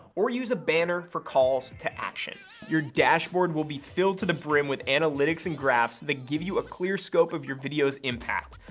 or use a banner for calls to action! your dashboard will be filled to the brim with analytics and graphs that give you a clear scope of your video's impact.